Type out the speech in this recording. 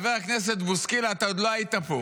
חבר הכנסת בוסקילה, אתה עוד לא היית פה.